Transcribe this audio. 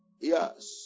Yes